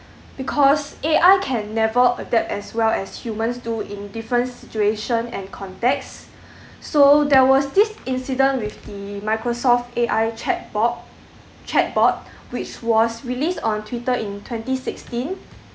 because A_I can never adapt as well as humans do in different situation and context so there was this incident with the microsoft A_I chat bob chat bot which was released on twitter in twenty sixteen